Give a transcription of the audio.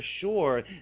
sure